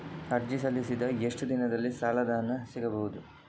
ಅರ್ಜಿ ಸಲ್ಲಿಸಿದ ಎಷ್ಟು ದಿನದಲ್ಲಿ ಸಾಲದ ಹಣ ಸಿಗಬಹುದು?